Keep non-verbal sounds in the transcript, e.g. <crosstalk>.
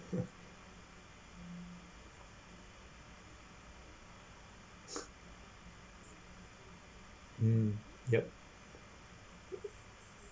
!huh! <noise> mm ya uh